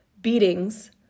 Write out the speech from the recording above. beatings